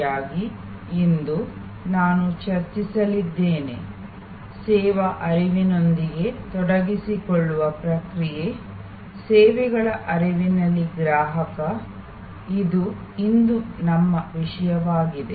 ಇಂದು ನಾನು ಚರ್ಚಿಸಲಿದ್ದೇನೆ ಸೇವಾ ಹರಿವಿನೊಂದಿಗೆ ತೊಡಗಿಸಿಕೊಳ್ಳುವ ಪ್ರಕ್ರಿಯೆ ಸೇವೆಗಳ ಹರಿವಿನಲ್ಲಿ ಗ್ರಾಹಕ ಇದು ಇಂದು ನಮ್ಮ ವಿಷಯವಾಗಿದೆ